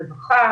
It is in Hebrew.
רווחה,